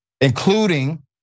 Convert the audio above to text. including